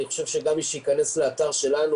אני חושב שגם מי שייכנס לאתר שלנו,